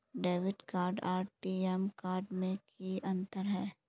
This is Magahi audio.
डेबिट कार्ड आर टी.एम कार्ड में की अंतर है?